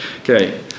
Okay